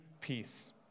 peace